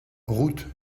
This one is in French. route